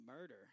murder